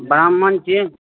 ब्राम्हण छी